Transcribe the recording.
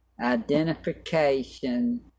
identification